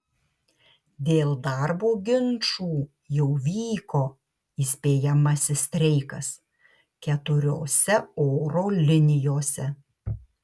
dėl darbo ginčų jau vyko įspėjamasis streikas keturiose oro linijose